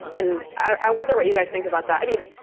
and i wonder what you guys think about that. i mean,